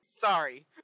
Sorry